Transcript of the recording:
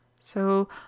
So